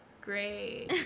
great